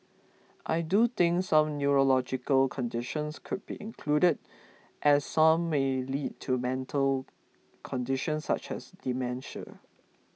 I do think some neurological conditions could be included as some may lead to mental conditions such as dementia